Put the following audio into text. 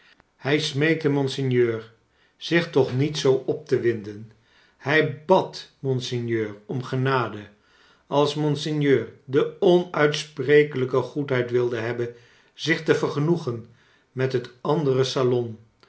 hij smeekte monseigneur zich toch niet zoo op te winden hij bad monseigneur om genade als monseigneur de onuitsprekelijke goedheid wilde hebben zich te vergenoegen met het andere salon